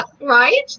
Right